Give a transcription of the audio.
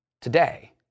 today